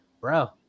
bro